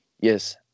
yes